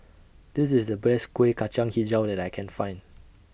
This IS The Best Kueh Kacang Hijau that I Can Find